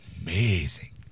Amazing